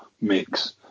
mix